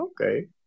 Okay